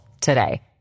today